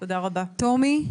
טומי?